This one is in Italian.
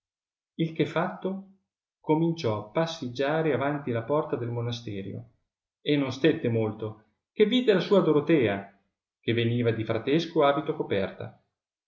il che fatto cominciò a passiggiare avanti la porta del monasterio e non stette molto che vidde la sua dorotea che veniva di fratesco abito coperta